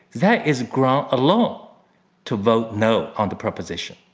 that is grounds alone to vote no on the proposition.